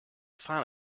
fan